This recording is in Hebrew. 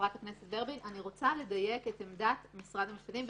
אני רוצה לדייק את עמדת משרד המשפטים,